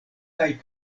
kaj